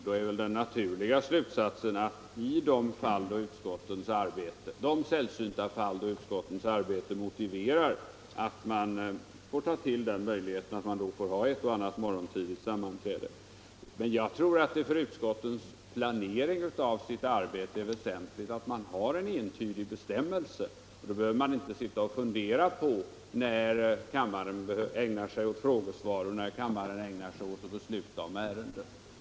Då är väl den naturliga slutsatsen att man i de sällsynta fall när utskottens arbete motiverar det får ta till möjligheten att ha ett och annat morgontidigt sammanträde. Jag tror att det för utskottens planering av sitt arbete är väsentligt att man har en entydig bestämmelse. Då behöver man inte sitta och fundera över när kammaren ägnar sig åt frågesvar och när kammaren ägnar sig åt att besluta i ärenden.